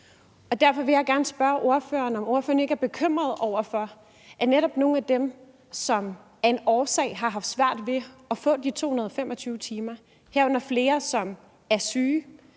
Derfor vil jeg gerne spørge ordføreren, om ordføreren ikke er bekymret for at sætte netop nogle af dem, som af en årsag har haft svært ved at få de 225 timer, herunder flere som er syge,